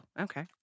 Okay